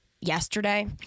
yesterday